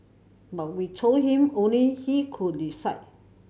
but we told him only he could decide